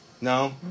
No